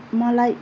मलाई